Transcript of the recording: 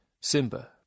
Simba